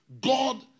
God